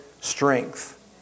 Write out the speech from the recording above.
strength